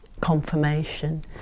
confirmation